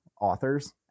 authors